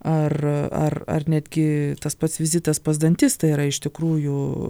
ar ar ar netgi tas pats vizitas pas dantistą yra iš tikrųjų